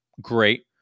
great